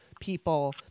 people